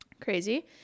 crazy